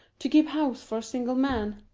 to keep house for a single man.